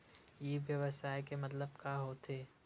ई व्यवसाय के मतलब का होथे?